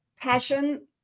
passion